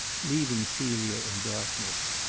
leaving celia in darkness.